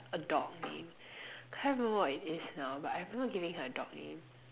a dog name can't remember what it is now but I remember giving her a dog name